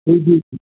जी जी